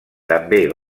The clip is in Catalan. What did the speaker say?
també